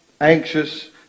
anxious